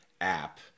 app